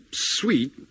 Sweet